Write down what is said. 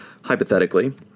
Hypothetically